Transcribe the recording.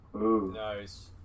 Nice